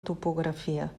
topografia